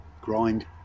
grind